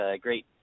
great